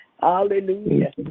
Hallelujah